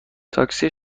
تاکسی